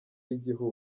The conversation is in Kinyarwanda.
y’igihugu